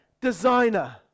designer